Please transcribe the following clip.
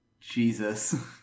Jesus